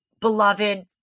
beloved